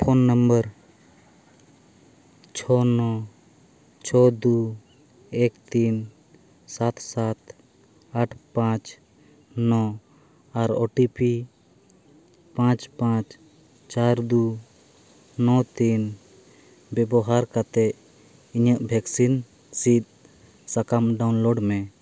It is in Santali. ᱯᱷᱳᱱ ᱱᱚᱢᱵᱚᱨ ᱪᱷᱚ ᱱᱚ ᱪᱷᱚ ᱫᱩ ᱮᱠ ᱛᱤᱱ ᱥᱟᱛ ᱥᱟᱛ ᱟᱴ ᱯᱟᱸᱪ ᱱᱚ ᱟᱨ ᱳ ᱴᱤ ᱯᱤ ᱯᱟᱸᱪ ᱯᱟᱸᱪ ᱪᱟᱨ ᱫᱩ ᱱᱚ ᱛᱤᱱ ᱵᱮᱵᱚᱦᱟᱨ ᱠᱟᱛᱮᱫ ᱤᱧᱟᱹᱜ ᱵᱷᱮᱠᱥᱤᱱ ᱥᱤᱫᱽ ᱥᱟᱠᱟᱢ ᱰᱟᱣᱩᱱᱞᱳᱰ ᱢᱮ